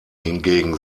hingegen